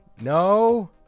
No